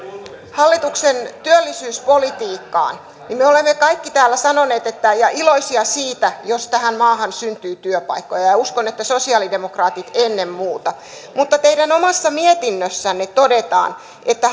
hallituksen työllisyyspolitiikkaan niin me olemme kaikki täällä iloisia siitä jos tähän maahan syntyy työpaikkoja ja ja uskon että sosialidemokraatit ennen muuta mutta teidän omassa mietinnössänne todetaan että